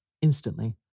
instantly